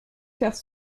faire